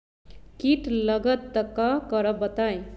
कीट लगत त क करब बताई?